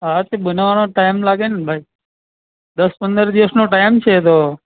હા તે બનાવાનો ટાઈમ લાગે ન ભાઈ દસ પંદર દિવસનો ટાઈમ છે એ તો